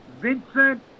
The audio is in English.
Vincent